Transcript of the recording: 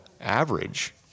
average